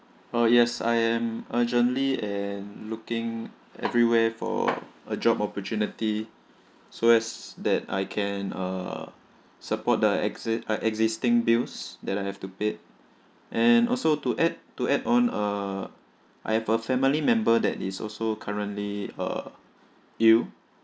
uh yes I am urgently and looking everywhere for a job opportunity so as that I can uh support the exit uh existing bills that I have to paid and also to add to add on uh I have a family member that is also currently uh ill